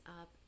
up